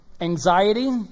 Anxiety